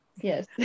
Yes